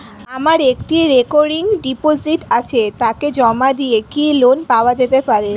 আমার একটি recurring deposit আছে তাকে জমা দিয়ে কি লোন পাওয়া যেতে পারে?